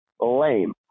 lame